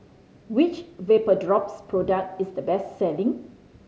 which Vapodrops product is the best selling